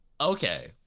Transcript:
okay